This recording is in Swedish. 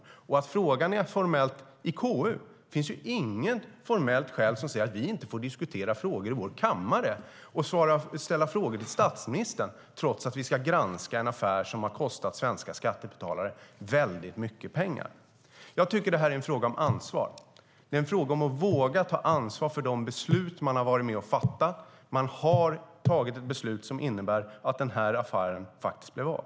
När det gäller att frågan granskas av KU finns det inget formellt skäl till att vi inte får diskutera den i vår kammare och ställa frågor till statsministern om den. Vi ska granska en affär som har kostat svenska skattebetalare väldigt mycket pengar. Jag tycker att det här är en fråga om ansvar. Det är en fråga om att våga ta ansvar för de beslut man har varit med och fattat. Man har tagit ett beslut som innebär att affären faktiskt blev av.